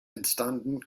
entstanden